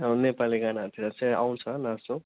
अब नेपाली गानाहरूतिर चाहिँ आउँछ नाच्नु